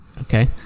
Okay